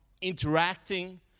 interacting